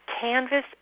canvas